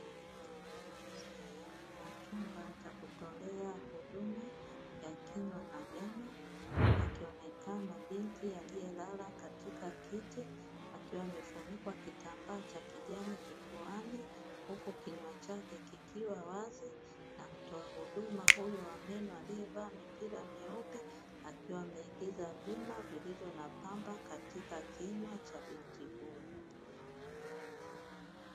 Sehemu ya chumba cha kutolea huduma ya kinywa na meno, huku akionekana na binti aliyelala katika kiti akiwa amefunikwa kitambaa cha kijani kifuani, huku kinywa chake kikiwa wazi na mtoa huduma huyo wa meno alievaa mipira meupe, akiwa ameingiza vyuma vilivyo na pamba katika kinywa cha binti huyo.